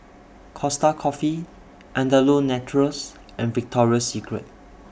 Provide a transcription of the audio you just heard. Costa Coffee Andalou Naturals and Victoria Secret